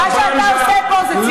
מה שאתה עושה פה זו ציניות.